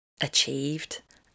achieved